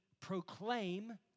proclaim